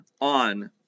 on